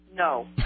no